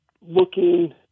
looking